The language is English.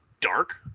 dark